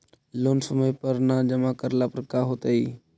Loan समय पर न जमा करला पर का होतइ?